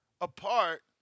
apart